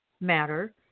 matter